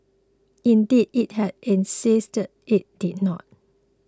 indeed it had insisted it did not